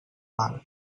mar